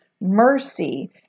Mercy